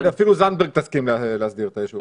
נראה לי שאפילו זנדברג תסכים להסדיר את היישוב.